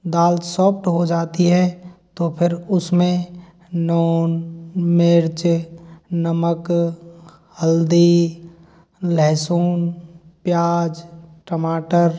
दाल soft हो जाती है तो फिर उसमें नोन मिर्च नमक हल्दी लहसुन प्याज टमाटर